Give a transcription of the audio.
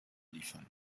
liefern